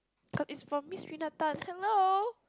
cause it promise me that time hello